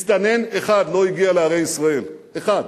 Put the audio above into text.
מסתנן אחד לא הגיע לערי ישראל, אחד.